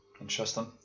Interesting